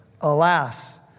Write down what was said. Alas